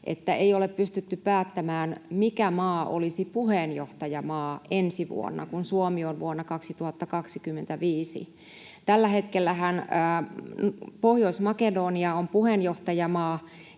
että ei ole pystytty päättämään, mikä maa olisi puheenjohtajamaa ensi vuonna, kun Suomi on vuonna 2025. Tällä hetkellähän Pohjois-Makedonia on puheenjohtajamaa,